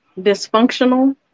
dysfunctional